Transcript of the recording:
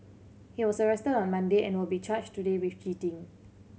he was arrested on Monday and will be charged today with cheating